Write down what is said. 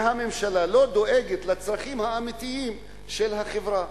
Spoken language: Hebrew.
והממשלה לא דואגת לצרכים האמיתיים של החברה.